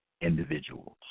individuals